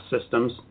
systems